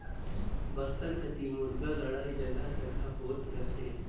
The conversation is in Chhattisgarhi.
बस्तर कति मुरगा लड़ई जघा जघा होत रथे